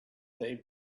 they